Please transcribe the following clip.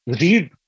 read